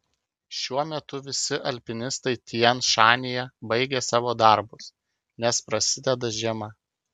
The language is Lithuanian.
šiuo metu visi alpinistai tian šanyje baigė savo darbus nes prasideda žiema